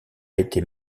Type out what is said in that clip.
été